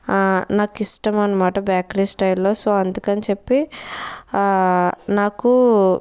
నాకిష్టమనమాట bakery స్టైల్లో so అందుకని చెప్పి నాకు